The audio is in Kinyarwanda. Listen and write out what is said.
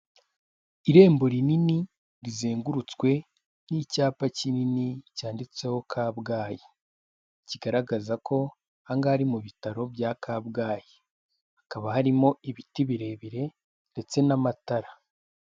Irembo rinini rizengurutswe n'icyapa kinini cyanditseho Kabgayi, kigaragaza ko ahangaha ari mu bitaro bya Kabgayi, hakaba harimo ibiti birebire ndetse n'amatara.